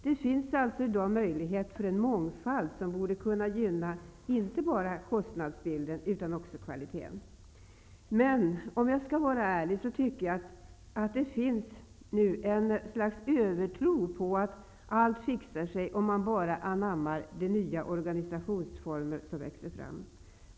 Det finns alltså i dag möjlighet för en mångfald som borde kunna gynna inte bara kostnadsbilden utan också kvaliteten. Men om jag skall vara ärlig tycker jag mig finna att det nu finns en slags övertro på att allt fixar sig, om man bara anammar de nya organisationsformer som växer fram.